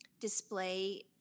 display